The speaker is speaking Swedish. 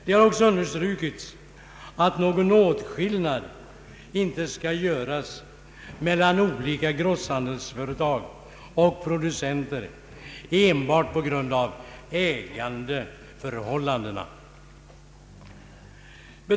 Det har också understrukits att någon åtskillnad inte skall göras mellan olika grosshandelsföretag och producenter enbart på grund av ägandeförhållandena.